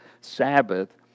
Sabbath